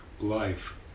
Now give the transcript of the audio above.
life